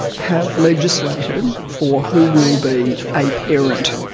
have legislated for who will be a parent.